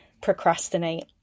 procrastinate